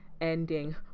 ending